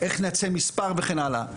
איך להציע מספר וכן הלאה.